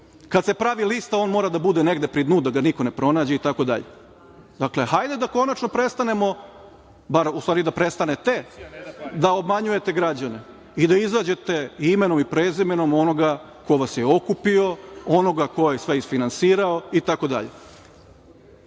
kad se pravi lista on mora da bude negde pri dnu da ga niko ne pronađe itd. Dakle, hajde da konačno prestanemo, u stvari da prestanete, da obmanjujete građane i da izađete imenom i prezimenom onoga ko vas je okupio, onoga ko je sve isfinansirao itd. Najzad,